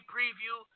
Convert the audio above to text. Preview